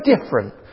different